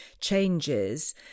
changes